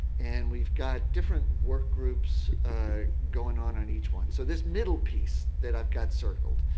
and we've got different work groups going on on each one. so this middle piece that i've got circled,